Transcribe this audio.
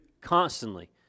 constantly